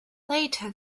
later